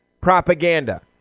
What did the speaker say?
propaganda